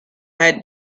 had